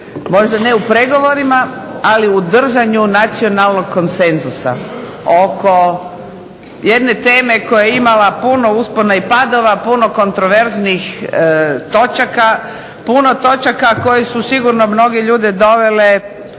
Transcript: možda ne u pregovorima ali u držanju nacionalnog konsenzusa oko jedne teme koja je imala puno uspona i padova, puno kontroverznih točaka, puno točaka koje su sigurno mnoge ljude dovele